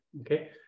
okay